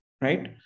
right